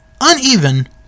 Uneven